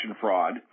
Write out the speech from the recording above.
fraud